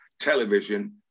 television